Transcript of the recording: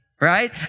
Right